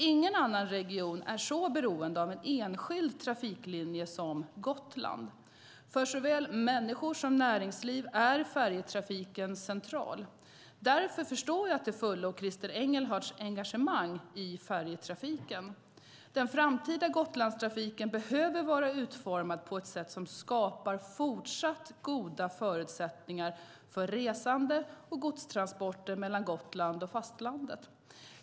Ingen annan region är så beroende av en enskild trafiklinje som Gotland. För såväl människor som näringsliv är färjetrafiken central. Därför förstår jag till fullo Christer Engelhardts engagemang i färjetrafiken. Den framtida Gotlandstrafiken behöver vara utformad på ett sätt som skapar fortsatt goda förutsättningar för resande och godstransporter mellan Gotland och fastlandet.